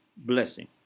blessing